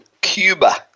Cuba